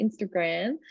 Instagram